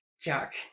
Jack